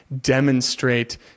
demonstrate